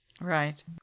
Right